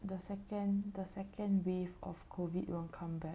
the second the second wave of covid won't come back